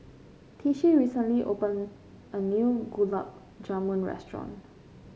Tishie recently opened a new Gulab Jamun restaurant